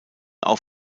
auch